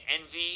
envy